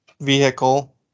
vehicle